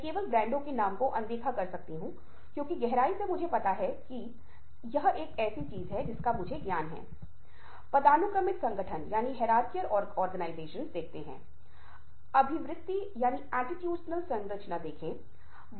एक शोध के अनुसार सुनना 45 प्रतिशत का काम हो सकता है जो हम करते हैं और एक अन्य शोध हमें बताता है कि कई लोग मानते हैं कि वे अच्छे श्रोता हैं इसीलिए मैंने शुरुआत में ही उस प्रश्नोत्तरी को लेने के लिए कहा क्योंकि आप में से अधिकांश को लगता होगा कि आप अच्छे श्रोता हैं